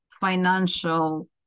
financial